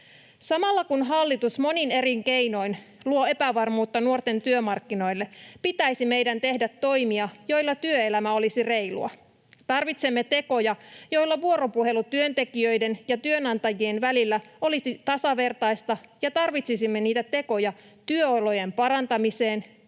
Samalla kun hallitus monin eri keinoin luo epävarmuutta nuorten työmarkkinoille, pitäisi meidän tehdä toimia, joilla työelämä olisi reilua. Tarvitsemme tekoja, joilla vuoropuhelu työntekijöiden ja työnantajien välillä olisi tasavertaista, ja tarvitsisimme niitä tekoja työolojen parantamiseen,